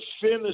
finish